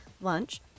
lunch